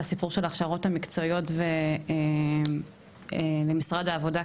הסיפור של ההכשרות המקצועיות למשרד העבודה,